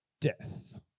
death